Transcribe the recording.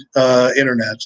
Internet